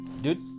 dude